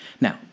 Now